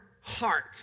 heart